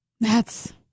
That's-